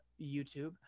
YouTube